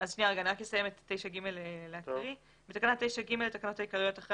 בתקנה 9(ב) לתקנות העיקריות, אחרי